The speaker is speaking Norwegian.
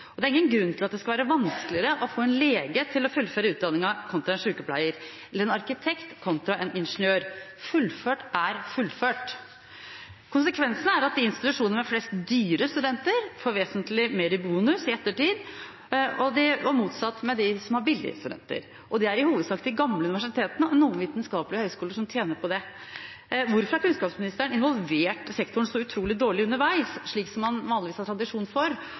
Det er ingen grunn til at det skal være vanskeligere å få en lege til å fullføre utdanningen kontra en sykepleier, eller en arkitekt kontra en ingeniør. Fullført er fullført. Konsekvensene er at institusjonene med flest dyre studenter får vesentlig mer i bonus i ettertid, og motsatt for dem som har billige studenter. Det er i hovedsak de gamle universitetene og noen vitenskapelige høyskoler som tjener på det. Hvorfor har kunnskapsministeren involvert sektoren så utrolig dårlig underveis, slik som han vanligvis har tradisjon for?